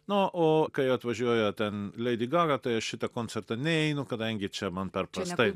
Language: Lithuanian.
na o kai atvažiuoja ten leidi gaga tai aš šitą koncertą neinu kadangi čia man per prastai